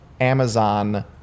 Amazon